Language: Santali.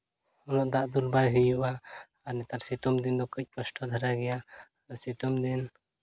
ᱩᱱᱟᱹᱜ ᱫᱟᱜ ᱫᱩᱞ ᱵᱟᱭ ᱦᱩᱭᱩᱜᱼᱟ ᱟᱨ ᱱᱮᱛᱟᱨ ᱥᱤᱛᱩᱝ ᱫᱤᱱ ᱫᱚ ᱠᱟᱹᱡ ᱠᱚᱥᱴᱚ ᱫᱷᱟᱨᱟ ᱜᱮᱭᱟ ᱥᱤᱛᱩᱝ ᱫᱤᱱ